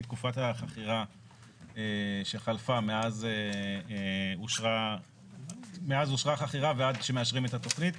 תקופת החכירה שחלפה מאז אושרה החכירה ועד שמאשרים את התכנית,